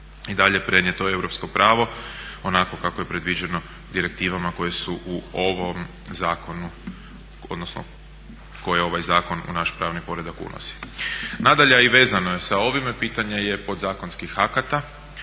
i dalje prenijeto europsko pravo onako kako je predviđeno direktivama koje su u ovom zakonu odnosno koje ovaj zakon u naš pravni poredak unosi. Nadalje, a i vezano je sa ovime, pitanje je podzakonskih akata.